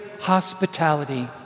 hospitality